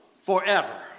forever